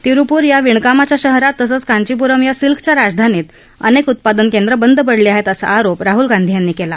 तिरूपूर या विणकामाच्या शहरात तसंच कांचीपुरम या सिल्कच्या राजधानीत अनेक उत्पादन केंद्रं बंद पडली आहेत असा आरोप राहुल गांधी यांनी केला